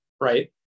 right